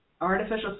artificial